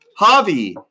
Javi